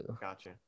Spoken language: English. Gotcha